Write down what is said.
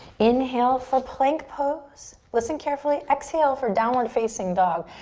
inhale for plank pose. listen carefully. exhale for downward facing dog.